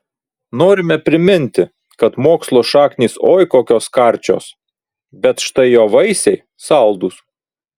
norime priminti kad mokslo šaknys oi kokios karčios bet štai jo vaisiai saldūs